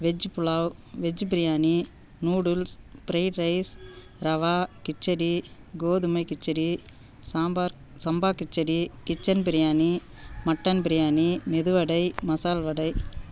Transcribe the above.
veg pulao veg biryani noodles fried rice rava khichdi கோதுமை khichdi sambar samba khichdi kitchen biryani mutton biryani medu vada masal வடை